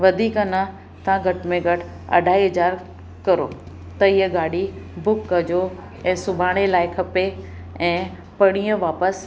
वधीक न तव्हां घटि में घटि अढाई हज़ार करो त ईअं गाॾी बुक कजो ऐं सुभाणे लाइ खपे ऐं पणीअ वापसि